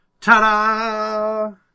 Ta-da